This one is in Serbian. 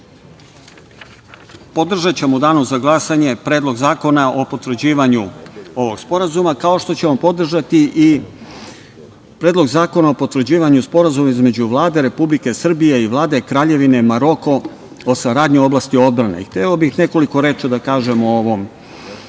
u danu za glasanje Predlog zakona o potvrđivanju ovog sporazuma, kao što ćemo podržati i Predlog zakona o potvrđivanju Sporazuma između Vlade Republike Srbije i Vlade Kraljevine Maroko o saradnji u oblasti odbrane. Hteo bih nekoliko reči da kažem o ovoj